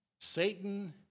Satan